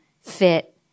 fit